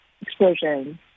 explosion